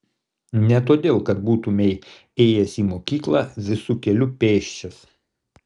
ne todėl kad būtumei ėjęs į mokyklą visu keliu pėsčias